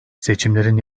seçimlerin